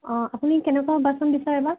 অঁ আপুনি কেনেকুৱা বাচন বিচাৰে বা